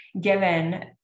given